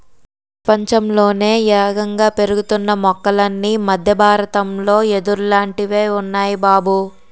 ప్రపంచంలోనే యేగంగా పెరుగుతున్న మొక్కలన్నీ మద్దె బారతంలో యెదుర్లాటివి ఉన్నాయ్ బాబూ